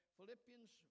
Philippians